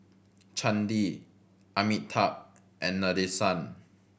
Chandi Amitabh and Nadesan